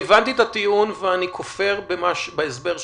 הטיעון ואני כופר בהסבר שלך.